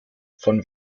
von